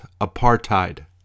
apartheid